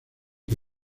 que